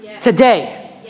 Today